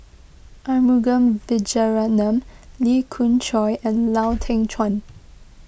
Arumugam Vijiaratnam Lee Khoon Choy and Lau Teng Chuan